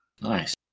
Nice